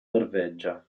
norvegia